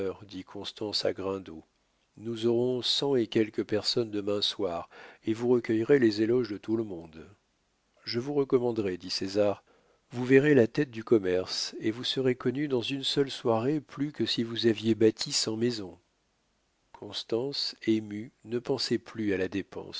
constance à grindot nous aurons cent et quelques personnes demain soir et vous recueillerez les éloges de tout le monde je vous recommanderai dit césar vous verrez la tête du commerce et vous serez connu dans une seule soirée plus que si vous aviez bâti cent maisons constance émue ne pensait plus à la dépense